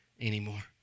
anymore